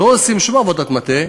לא עושים שום עבודת מטה.